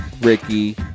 Ricky